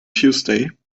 tuesday